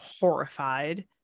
horrified